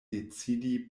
decidi